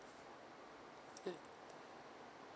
mm